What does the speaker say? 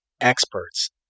experts